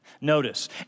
Notice